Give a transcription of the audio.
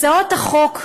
הצעות החוק,